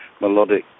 melodic